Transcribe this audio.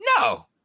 no